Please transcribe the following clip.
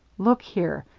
look here.